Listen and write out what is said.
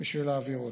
בשביל להעביר אותה.